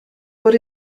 but